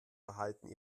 verhalten